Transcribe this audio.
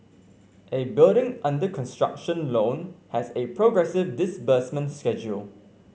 a building under construction loan has a progressive disbursement schedule